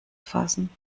fassen